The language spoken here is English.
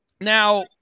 Now